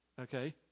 okay